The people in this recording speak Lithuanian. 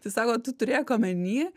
sako tu turėk omeny